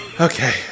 Okay